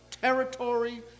territory